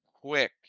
quick